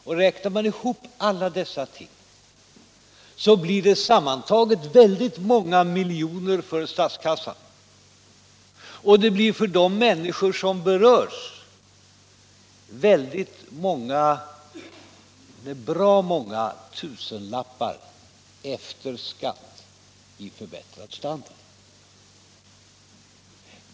Om man räknar ihop alla dessa ting så förlorar statskassan väldigt många miljoner, men för de människor som berörs betyder det bra många tusenlappar efter skatt i förbättrad standard.